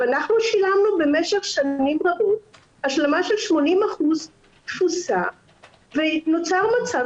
אנחנו שילמנו במשך שנים רבות השלמה של 80% תפוסה ונוצר מצב